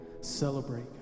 celebrate